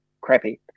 crappy